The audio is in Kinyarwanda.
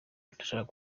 ndashaka